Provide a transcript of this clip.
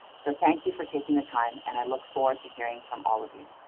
so thank you for taking the time and i look forward to hearing from all of you.